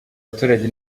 abaturage